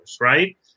right